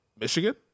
Michigan